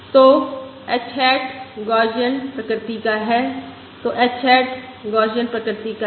तो h hat Gaussian प्रकृति का है तो h हैट गौसियन प्रकृति का है